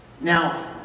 Now